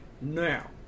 now